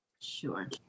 Sure